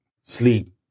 sleep